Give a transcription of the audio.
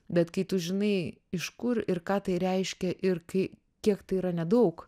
bet kai tu žinai iš kur ir ką tai reiškia ir kai kiek tai yra nedaug